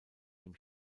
dem